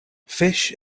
fish